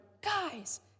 guys